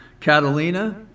Catalina